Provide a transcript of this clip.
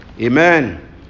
Amen